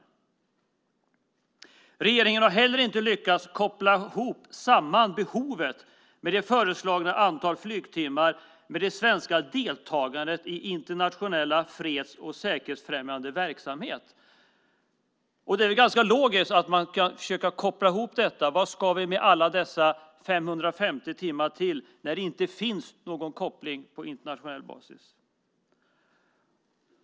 För det andra: Regeringen har inte lyckats koppla ihop behovet av det föreslagna antalet flygtimmar med det svenska deltagandet i internationell freds och säkerhetsfrämjande verksamhet. Det är väl ganska logiskt att försöka koppla ihop de sakerna. Varför alla dessa 550 timmar när det inte finns någon koppling på internationell basis?